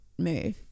move